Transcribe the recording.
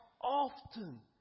often